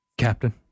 captain